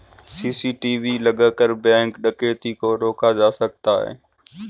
CCTV लगाकर bank डकैती को रोका जा सकता है